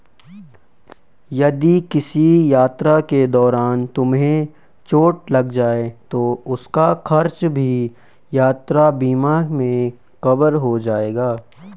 यदि किसी यात्रा के दौरान तुम्हें चोट लग जाए तो उसका खर्च भी यात्रा बीमा में कवर हो जाएगा